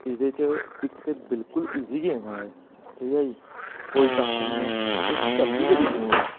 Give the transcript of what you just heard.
एह्दे च इक ते बिलकुल ईजी गेम ऐ एह् ठीक ऐ जी कोई कक्ख निं ऐ इक चलदी बड़ी स्मूथ ऐ